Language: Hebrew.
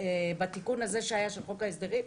בתיקון הזה שהיה של חוק ההסדרים,